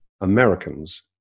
Americans